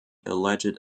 alleged